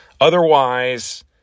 Otherwise